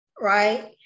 right